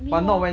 meanwhile